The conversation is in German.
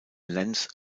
lenz